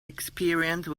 experience